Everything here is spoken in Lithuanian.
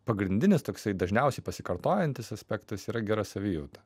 pagrindinis toksai dažniausiai pasikartojantis aspektas yra gera savijauta